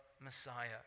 Messiah